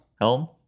Helm